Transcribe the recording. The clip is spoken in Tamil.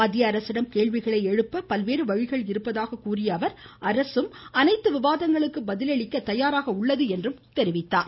மத்தியஅரசிடம் கேள்விகளை எழுப்ப பல்வேறு வழிகள் இருப்பதாக கூறியஅவர் அரசும் அனைத்து விவாதங்களுக்கும் பதிலளிக்க தயாராக உள்ளது என்று குறிப்பிட்டார்